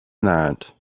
that